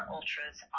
Ultras